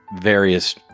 various